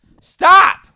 Stop